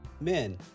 Men